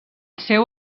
seu